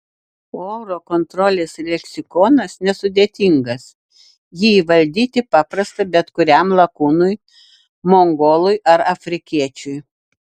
oro kontrolės leksikonas nesudėtingas jį įvaldyti paprasta bet kuriam lakūnui mongolui ar afrikiečiui